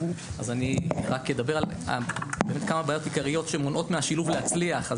אני רק אדבר על כמה בעיות עיקריות, שמונעות מהשילוב להצליח.